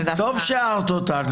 טוב שהערת אותנו.